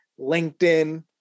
LinkedIn